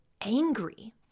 angry